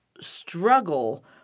struggle